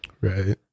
Right